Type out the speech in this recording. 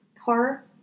horror